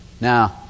Now